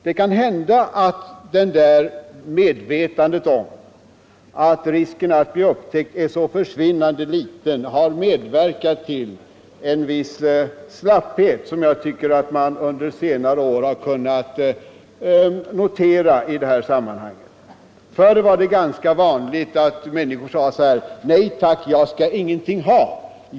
Det kan hända att medvetandet om att risken att bli upptäckt är så försvinnande liten har medverkat till en viss slapphet, som jag tycker att man under senare år har kunnat notera i det här sammanhanget. Förr var det ganska vanligt att människor sade: ”Nej tack, jag skall ingenting ha.